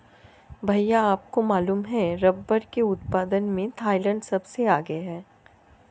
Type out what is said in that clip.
भैया आपको मालूम है रब्बर के उत्पादन में थाईलैंड सबसे आगे हैं